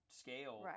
scale